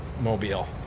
Mobile